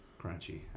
Crunchy